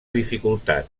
dificultat